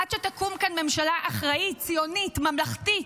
עד שתקום כאן ממשלה אחראית, ציונית, ממלכתית.